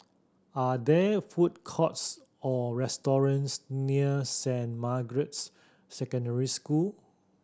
are there food courts or restaurants near Saint Margaret's Secondary School